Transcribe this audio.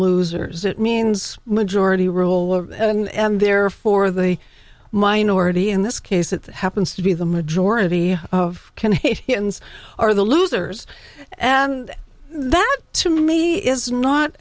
losers it means majority rule and therefore they minority in this case it happens to be the majority of canadians are the losers and that to me is not